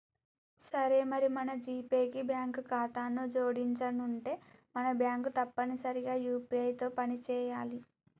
సరే మరి మన జీపే కి బ్యాంకు ఖాతాను జోడించనుంటే మన బ్యాంకు తప్పనిసరిగా యూ.పీ.ఐ తో పని చేయాలి